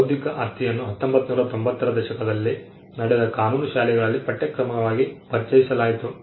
ಬೌದ್ಧಿಕ ಆಸ್ತಿಯನ್ನು 1990 ರ ದಶಕದಲ್ಲಿ ನಡೆದ ಕಾನೂನು ಶಾಲೆಗಳಲ್ಲಿ ಪಠ್ಯಕ್ರಮವಾಗಿ ಪರಿಚಯಿಸಲಾಯಿತು